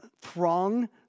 throng